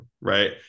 right